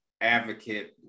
advocate